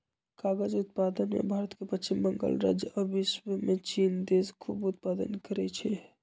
कागज़ उत्पादन में भारत के पश्चिम बंगाल राज्य आ विश्वमें चिन देश खूब उत्पादन करै छै